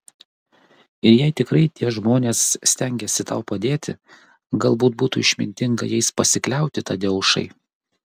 ir jei tikrai tie žmonės stengiasi tau padėti galbūt būtų išmintinga jais pasikliauti tadeušai